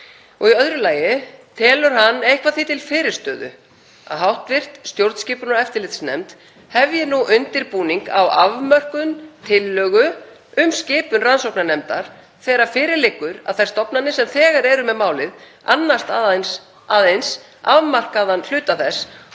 Í öðru lagi: Telur hann eitthvað því til fyrirstöðu að hv. stjórnskipunar- og eftirlitsnefnd hefji undirbúning að afmörkun tillögu um skipun rannsóknarnefndar þegar fyrir liggur að þær stofnanir sem þegar eru með málið annast aðeins afmarkaða hluta þess